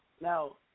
now